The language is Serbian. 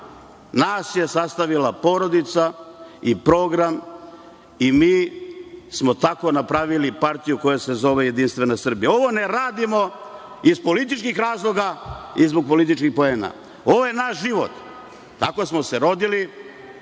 nas je sastavila porodica i program i mi smo tako napravili partiju koja se zove Jedinstvena Srbija. Ovo ne radimo iz političkih razloga i zbog političkih poena. Ovo je naš život. Tako smo se rodili.